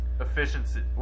efficiency